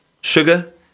sugar